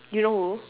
you know who